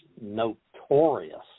notorious